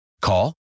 Call